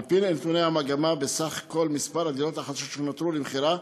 על-פי נתוני המגמה בסך כל מספר הדירות החדשות שנותרו למכירה,